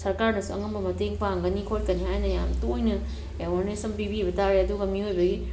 ꯁ꯭ꯔꯀꯥꯔꯅꯁꯨ ꯑꯉꯝꯕ ꯃꯇꯦꯡ ꯄꯥꯡꯒꯅꯤ ꯈꯣꯠꯀꯅꯤ ꯍꯥꯏꯅ ꯌꯥꯝ ꯇꯣꯏꯅ ꯑꯦꯋꯥꯔꯅꯣꯁ ꯑꯃ ꯄꯤꯕꯤꯕ ꯇꯥꯔꯦ ꯑꯗꯨꯒ ꯃꯤꯑꯣꯏꯕꯒꯤ